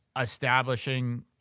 establishing